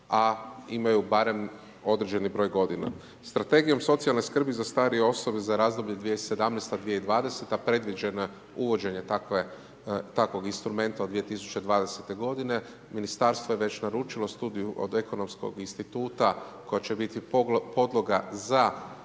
a imaju barem određeni br. godina. Strategijom socijalne skrbi, za starije osobe za razdoblje 2017.-2020. predviđeno uvođenje takvog instrumenta od 2020. g. ministarstvo je već naručilo studij od ekonomskog instituta, koji će biti podloga za